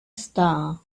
star